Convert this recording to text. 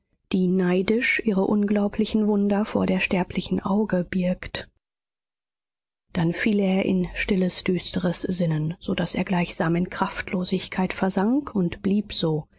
die neidisch ihre unglaublichen wunder vor der sterblichen auge birgt dann fiel er in stilles düsteres sinnen so daß er gleichsam in kraftlosigkeit versank und blieb so